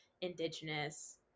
indigenous